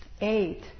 eight